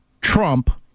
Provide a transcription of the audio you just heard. Trump